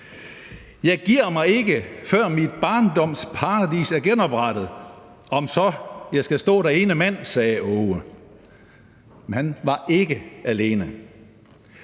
Jeg giver mig ikke, før min barndoms paradis er genoprettet, om så jeg skal stå der ene mand, sagde Aage. Men han var ikke alene.